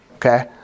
Okay